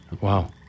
Wow